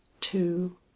two